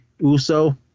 Uso